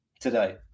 today